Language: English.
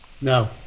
no